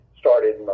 started